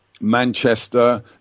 Manchester